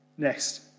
Next